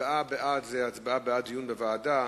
הצבעה בעד, זו הצבעה בעד דיון בוועדה,